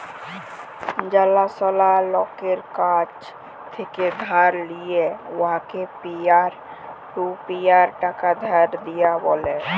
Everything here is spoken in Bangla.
জালাশলা লকের কাছ থ্যাকে ধার লিঁয়ে উয়াকে পিয়ার টু পিয়ার টাকা ধার দিয়া ব্যলে